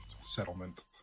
settlement